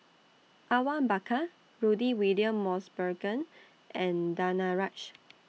Awang Bakar Rudy William Mosbergen and Danaraj